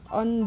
on